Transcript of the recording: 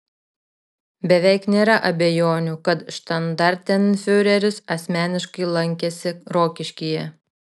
beveik nėra abejonių kad štandartenfiureris asmeniškai lankėsi rokiškyje